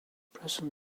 present